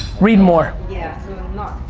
read more? yeah. so i'm not,